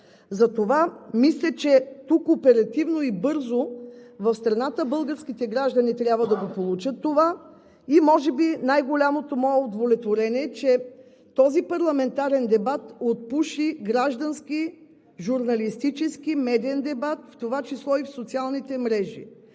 Затова мисля, че тук оперативно и бързо българските граждани в страната трябва да получат това. Може би най-голямото мое удовлетворение е, че този парламентарен дебат отпуши граждански, журналистически, медиен дебат, в това число и в социалните мрежи.